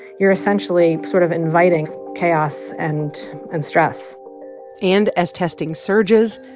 you're essentially sort of inviting chaos and and stress and as testing surges,